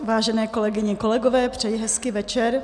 Vážené kolegyně, kolegové, přeji hezký večer.